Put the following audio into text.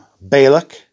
balak